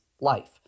life